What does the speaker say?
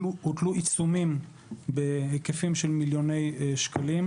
הוטלו עיצומים בהיקפים של מיליוני שקלים.